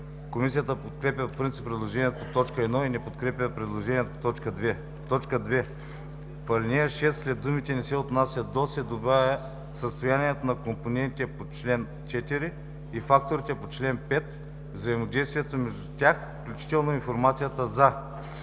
Комисията подкрепя по принцип предложението по т. 1 и не подкрепя предложението по т. 2: „2. В ал. 6 след думите „не се отнасят до“ се добавя „състоянието на компонентите по чл. 4 и факторите по чл. 5, взаимодействието между тях, включително информацията за“.“